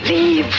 Leave